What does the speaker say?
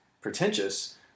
pretentious